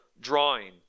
drawing